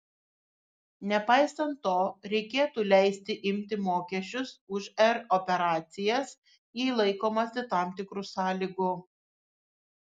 nepaisant to reikėtų leisti imti mokesčius už r operacijas jei laikomasi tam tikrų sąlygų